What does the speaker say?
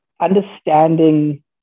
understanding